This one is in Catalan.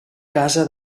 casa